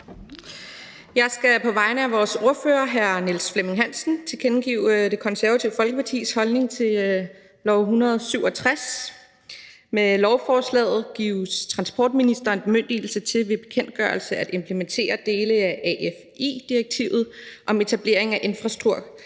Jeg skal på vegne af vores ordfører, hr. Niels Flemming Hansen, tilkendegive Det Konservative Folkepartis holdning til lovforslag nr. 167. Med lovforslaget gives transportministeren bemyndigelse til ved bekendtgørelse at implementere dele af AFI-direktivet om etablering af infrastruktur